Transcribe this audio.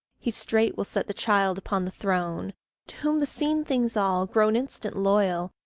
he straight will set the child upon the throne to whom the seen things all, grown instant loyal,